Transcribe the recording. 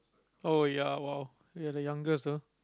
oh ya !wow! you're the youngest though